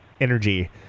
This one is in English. energy